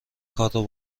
کارو